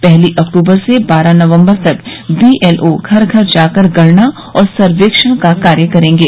पहली अक्टूबर से बारह नवम्बर तक बीएलओ घर घर जाकर गणना और सर्वेक्षण का कार्य करेंगे